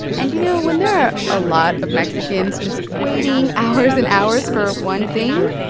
and, you know, when there are a lot of mexicans just waiting hours and hours for one thing,